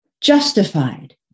justified